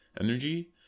energy